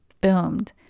boomed